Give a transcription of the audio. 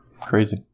crazy